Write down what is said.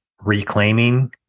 reclaiming